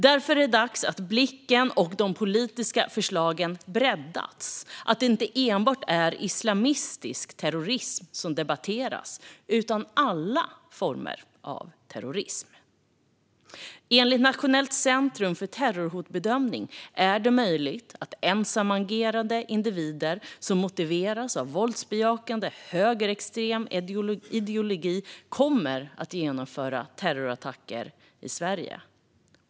Därför är det dags att blicken och de politiska förslagen breddas så att det inte enbart är islamistisk terrorism som debatteras utan alla former av terrorism. Enligt Nationellt centrum för terrorhotbedömning är det möjligt att ensamagerande individer som motiveras av våldsbejakande högerextrem ideologi kommer att genomföra terrorattacker i Sverige.